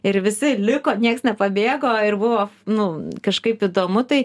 ir visi liko nieks nepabėgo ir buvo nu kažkaip įdomu tai